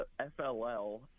FLL